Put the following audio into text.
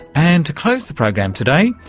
and close the program today,